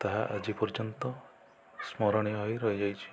ତାହା ଆଜି ପର୍ଯ୍ୟନ୍ତ ସ୍ମରଣୀୟ ହୋଇ ରହିଯାଇଛି